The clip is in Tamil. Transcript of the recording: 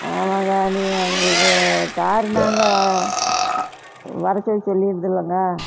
ஆமாங்க நீங்கள் உங்களுக்கு கார் நாங்கள் வர சொல்லி சொல்லிருந்துதுலைங்க